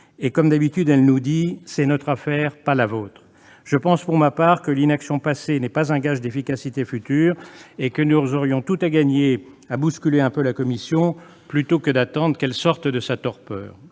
et, comme d'habitude, elle nous dit :« c'est notre affaire, pas la vôtre !» Je pense, pour ma part, que l'inaction passée n'est pas un gage d'efficacité future et que nous aurions tout à gagner à bousculer un peu la Commission européenne, plutôt que d'attendre qu'elle sorte de sa torpeur.